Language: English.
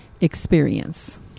experience